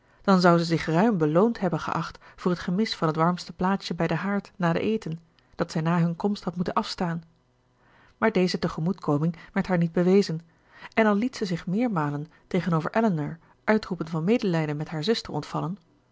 dan zou ze zich ruim beloond hebben geacht voor t gemis van het warmste plaatsje bij den haard na den eten dat zij na hunne komst had moeten afstaan maar deze tegemoetkoming werd haar niet bewezen en al liet zij zich meermalen tegenover elinor uitroepen van medelijden met hare zuster ontvallen